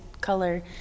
color